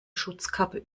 schutzkappe